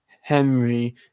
Henry